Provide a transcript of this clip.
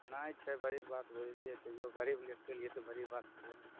नहि छै बड़ी बात बुझलियै तैयो गरीब लेखके लिअ तऽ बड़ी बात छेबे ने करै